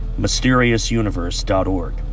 MysteriousUniverse.org